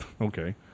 Okay